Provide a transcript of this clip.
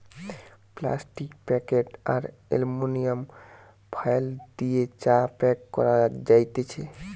plastic packet আর aluminium foil দিয়ে চা প্যাক করা যাতেছে